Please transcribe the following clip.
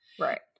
Right